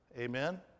Amen